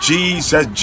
Jesus